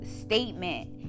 statement